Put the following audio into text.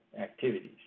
activities